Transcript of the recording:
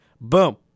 Boom